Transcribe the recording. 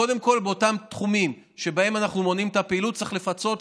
קודם כול באותם תחומים שבהם אנחנו מונעים את הפעילות צריך לפצות,